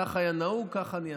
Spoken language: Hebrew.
כך היה נהוג, כך אני אעשה.